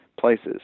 places